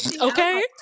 Okay